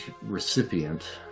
recipient